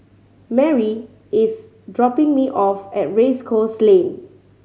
Marie is dropping me off at Race Course Lane